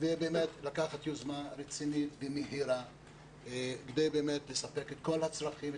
באמת לקחת יוזמה רצינית ומהירה כדי לספק את כל הצרכים,